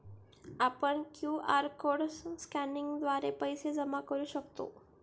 आपण QR code स्कॅनिंगद्वारे पैसे जमा करू शकतो